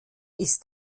ist